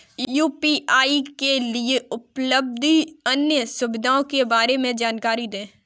UPI के लिए उपलब्ध अन्य सुविधाओं के बारे में जानकारी दें?